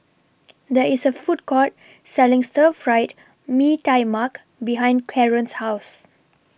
There IS A Food Court Selling Stir Fried Mee Tai Mak behind Karon's House